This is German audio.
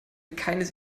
keines